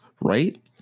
right